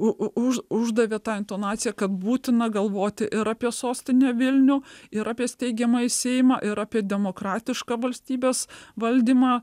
u u už uždavė tą intonaciją kad būtina galvoti ir apie sostinę vilnių ir apie steigiamąjį seimą ir apie demokratišką valstybės valdymą